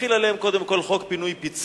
נחיל עליהם קודם כול חוק פינוי-פיצוי,